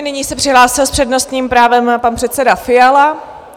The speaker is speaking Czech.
Nyní se přihlásil s přednostním právem pan předseda Fiala.